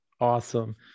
awesome